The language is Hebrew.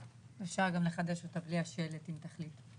אפשר גם לחדש אותה גם בלי השלט אם תחליטו.